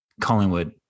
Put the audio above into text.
Collingwood